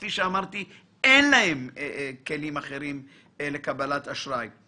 כפי שאמרתי, אין להם כלים אחרים לקבלת אשראי.